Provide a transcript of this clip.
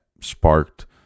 sparked